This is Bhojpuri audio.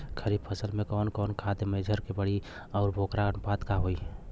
खरीफ फसल में कवन कवन खाद्य मेझर के पड़ी अउर वोकर अनुपात का होई?